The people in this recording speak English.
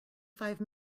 five